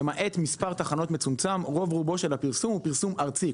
ולמעט מספר תחנות מצומצם רוב רובו של הפרסום הוא ארצי.